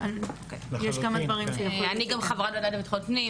אני גם חברה בוועדה לביטחון פנים,